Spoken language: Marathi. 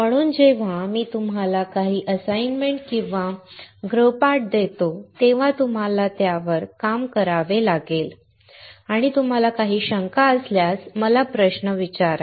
म्हणून जेव्हा मी तुम्हाला काही असाइनमेंट किंवा गृहपाठ देतो तेव्हा तुम्हाला त्यावर काम करावे लागेल आणि तुम्हाला काही शंका असल्यास मला प्रश्न विचारा